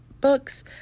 books